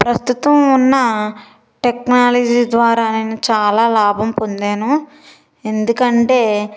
ప్రస్తుతం ఉన్న టెక్నాలజీ ద్వారా నేను చాలా లాభం పొందాను ఎందుకంటే